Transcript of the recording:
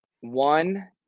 One